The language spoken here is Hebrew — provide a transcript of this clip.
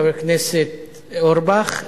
חבר הכנסת אורבך,